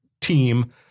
team